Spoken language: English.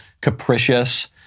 capricious